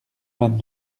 vingt